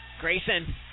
Grayson